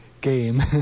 game